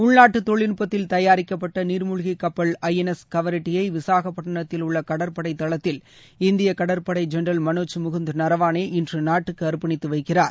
உள்நாட்டுத் தொழில்நுட்பத்தில் தயாரிக்கப்பட்ட நீர்மூழ்கி கப்பல் ஐ என் எஸ் கவரெட்டியை விசாகப்பட்டினத்தில் உள்ள கடற்படை தளத்தில் இந்திய கடற்படை ஜெனரல் மனோஜ் முகுந்த நராவனே இன்று நாட்டுக்கு அர்ப்பணித்து வைக்கிறார்